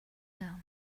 down